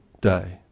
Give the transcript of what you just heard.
day